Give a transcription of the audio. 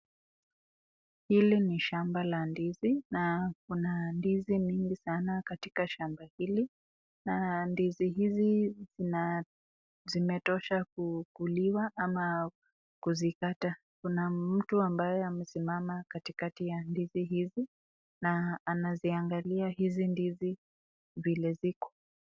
Hili ni shamba la ndizi na kuna ndizi mingi sana katika shamba hili na ndizi hizi zimetosha kukuliwa ama kuzikata, kuna mtu ambaye amesimama katikati ya ndizi hizi na anaziangalia hizi ndizi vile ziko.